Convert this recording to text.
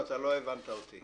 אתה לא הבנת אותי.